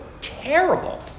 Terrible